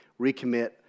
recommit